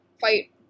fight